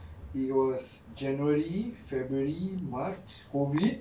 it was january february march COVID